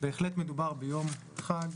בהחלט מדובר ביום חג,